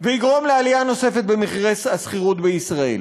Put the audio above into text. ויגרום לעלייה נוספת במחירי השכירות בישראל.